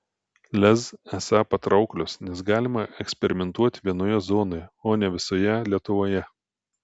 lez esą patrauklios nes galima eksperimentuoti vienoje zonoje o ne visoje lietuvoje